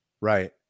Right